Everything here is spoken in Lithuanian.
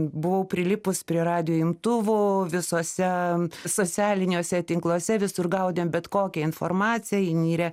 buvau prilipus prie radijo imtuvo visuose socialiniuose tinkluose visur gaudėm bet kokią informaciją įnirę